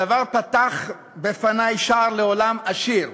הדבר פתח בפני שער לעולם עשיר,